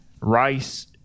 Rice